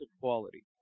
quality